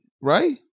Right